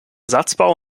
satzbau